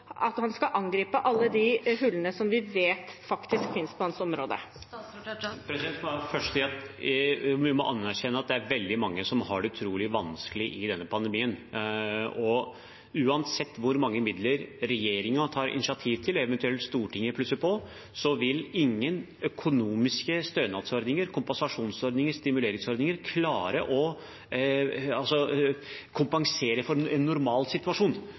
at han skal angripe alle de hullene som vi faktisk vet finnes på hans område? Først må jeg si at vi må erkjenne at det er veldig mange som har det utrolig vanskelig i denne pandemien, og uansett hvor mange midler regjeringen tar initiativ til, og eventuelt Stortinget plusser på, så vil ingen økonomiske stønadsordninger, kompensasjonsordninger og stimuleringsordninger klare å kompensere for en normal situasjon,